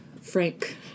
Frank